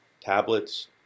tablets